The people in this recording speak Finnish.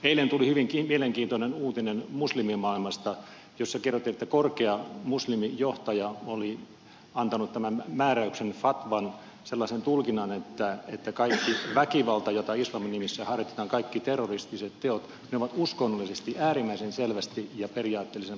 eilen tuli muslimimaailmasta hyvin mielenkiintoinen uutinen jossa kerrottiin että korkea muslimijohtaja oli antanut määräyksen fatwan sellaisen tulkinnan että kaikki väkivalta jota islamin nimissä harkitaan kaikki terroristiset teot on uskonnollisesti äärimmäisen selvästi ja periaatteellisen vahvasti tuomittavaa